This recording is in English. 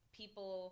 people